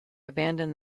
abandoned